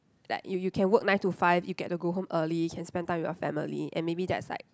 like you you can work nine to five you get to go home early can spend time with your family and maybe that's like